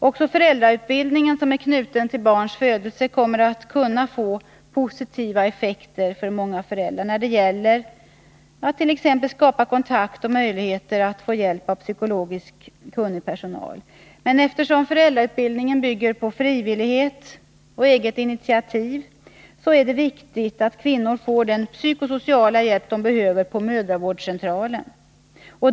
Också föräldrautbildningen, som är knuten till barns födelse, kommer att kunna få positiva effekter för många föräldrar, när det t.ex. gäller att skapa kontakt och möjligheter att få hjälp av pyskologiskt kunnig personal. Men eftersom föräldrautbildning bygger på frivillighet och eget initiativ, är det viktigt att kvinnor på mödravårdscentralen får den psykosociala hjälp som de behöver.